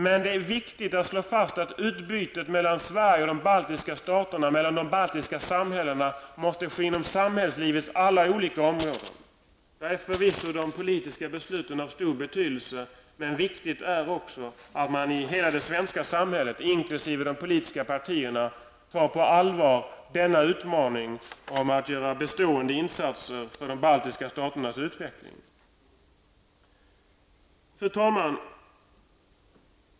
Men det är viktigt att slå fast att utbytet mellan Sverige och de baltiska staterna måste ske inom samhällslivets alla olika områden. Förvisso är de politiska besluten av stor betydelse, men det är också viktigt att hela det svenska samhället, inkl. de politiska partierna, tar utmaningen att göra bestående insatser för de baltiska staternas utveckling på allvar. Fru talman!